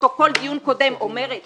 ובפרוטוקול דיון קודם אומרת